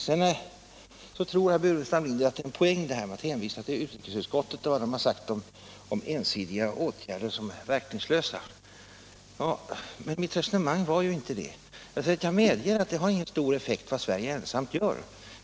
Herr Burenstam Linder tror att det är en poäng att hänvisa till vad utrikesutskottet har sagt om ensidiga åtgärder såsom verkningslösa. Men mitt resonemang gällde inte det. Jag säger att jag medger att det har inte stor effekt vad Sverige ensamt gör.